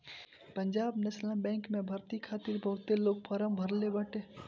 Punjab National Bank में भर्ती खातिर बहुते लोग फारम भरले बाटे